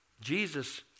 Jesus